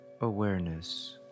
awareness